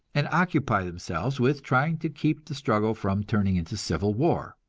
and occupy themselves with trying to keep the struggle from turning into civil war.